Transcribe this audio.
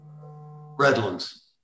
Redlands